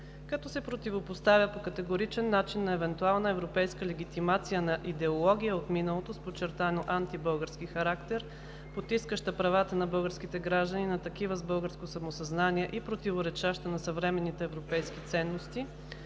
Като се противопоставя по категоричен начин на евентуална европейска легитимация на идеология от миналото с подчертано антибългарски характер, потискаща правата на българските граждани и такива с българско самосъзнание, и противоречаща на съвременните европейски ценности;